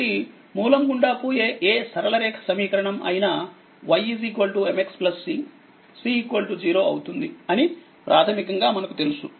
కాబట్టి మూలం గుండా పోయే ఏ సరళ రేఖ సమీకరణం అయినా ymxc c0 అవుతుందిఅని ప్రాథమికంగా మనకుతెలుసు